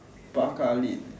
Barca lead